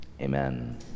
amen